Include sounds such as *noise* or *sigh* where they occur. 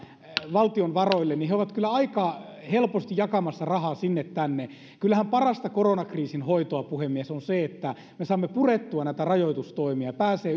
valtion varoille ovat kyllä aika helposti jakamassa rahaa sinne tänne kyllähän parasta koronakriisin hoitoa puhemies on se että me saamme purettua näitä rajoitustoimia että pääsee *unintelligible*